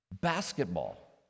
Basketball